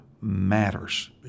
matters